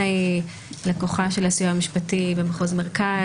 אנה היא לקוחה של הסיוע המשפטי במחוז מרכז,